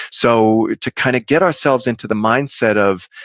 so, to kind of get ourselves into the mindset of,